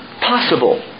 possible